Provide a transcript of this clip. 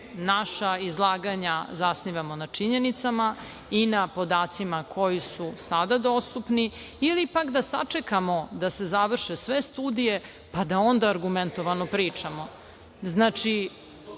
naša izlaganja zasnivamo na činjenicama i na podacima koji su sada dostupni ili pak da sačekamo da se završe sve studije pa da onda argumentovano pričamo. Znači,